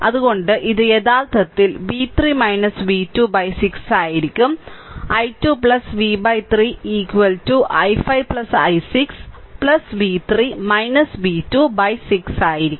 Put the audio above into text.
അതിനാൽ ഇത് യഥാർത്ഥത്തിൽ v3 v2 by 6 ആയിരിക്കും i 2 v 3 i5 i6 v3 v2 6 ആയിരിക്കും